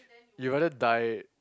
you better die